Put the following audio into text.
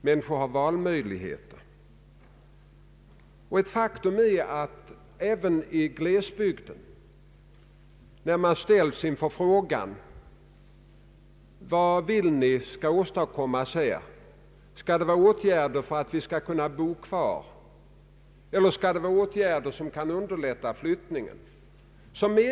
Människor kommer att flytta. När regeringen nu har anklagats för att inte ha kunnat fastlägga en mera konkret och definitiv regionalpolitisk målsättning, så tar jag den kritiken med rätt stort lugn.